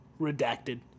redacted